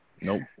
nope